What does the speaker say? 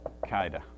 Qaeda